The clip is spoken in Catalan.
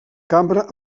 cambra